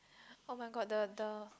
oh-my-god the the